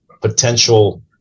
potential